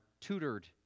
tutored